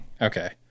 Okay